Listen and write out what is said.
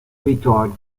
retired